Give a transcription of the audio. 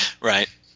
Right